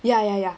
ya ya ya